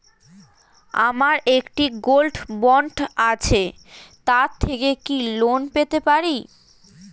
আমার একটি gold bond আছে তার থেকে কি লোন পেতে পারি?